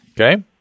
Okay